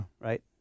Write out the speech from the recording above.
Right